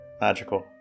Magical